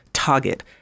target